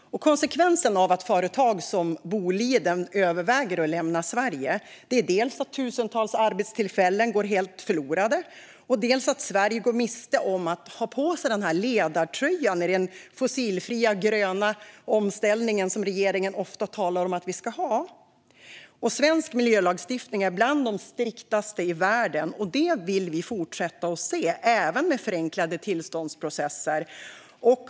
Konsekvensen av att företag som Boliden överväger att lämna Sverige är dels att tusentals arbetstillfällen går helt förlorade, dels att Sverige går miste om att ta på sig ledartröjan i den fossilfria gröna omställning som regeringen ofta talar om att vi ska ha. Svensk miljölagstiftning är bland de striktaste i världen, och det vill vi fortsätta att se även med förenklade tillståndsprocesser.